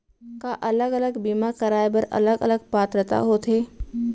का अलग अलग बीमा कराय बर अलग अलग पात्रता होथे?